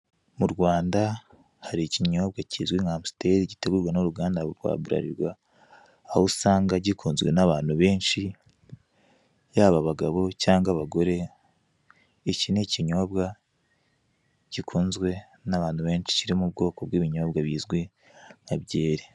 Mu Rwanda hari ikinyobwa kizwi nka amusiteri gitegurwa n'uruganda rwa Buralirwa, aho usanga gikunzwe n'abantu benshi, yaba abagabo cyangwa abagore, iki ni ikinyobwa gikunzwe n'abantu benshi kiri mu bwoko bw'ibinyobwa bigizwe na byeri.